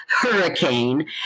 hurricane